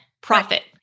profit